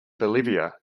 bolivia